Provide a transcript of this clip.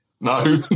No